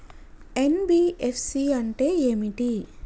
NBFC అంటే ఏమిటి?